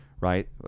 right